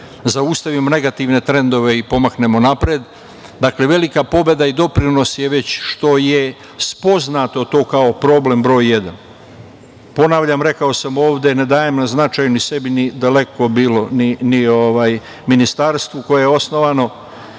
zaustavimo negativne trendove i pomaknemo napred. Dakle, velika pobeda i doprinosi je već što je spoznato to kao problem broj jedan. Ponavljam, rekao sam ovde ne dajem na značaju ni sebi, daleko bilo, ni Ministarstvu koje osnovano,